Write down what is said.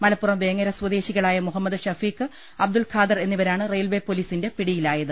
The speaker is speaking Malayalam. മലപ്പുറം വേങ്ങര സ്വദേ ശികളായ മുഹമ്മദ് ് ഷെഫീഖ് അബ്ദുൽ ഖാദർ എന്നിവ രാണ് റെയിൽവേ പൊലീസിന്റെ പിടിയിലായത്